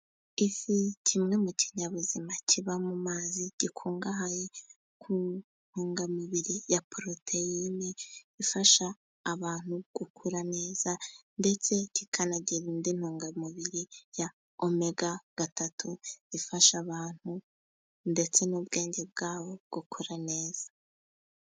Ifi kimwe mu kinyabuzima kiba mu mazi, gikungahaye ku ntungamubiri ya poroteyine ifasha abantu gukura neza, ndetse kikanagira indi ntungamubiri ya omega gatatu ifasha abantu, ndetse n'ubwenge bwabo gukora neza.